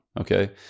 okay